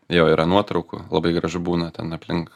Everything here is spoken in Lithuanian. jo yra nuotraukų labai gražu būna ten aplink